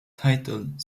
titled